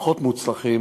הפחות-מוצלחים,